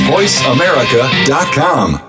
VoiceAmerica.com